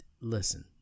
Listen